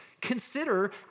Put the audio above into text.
Consider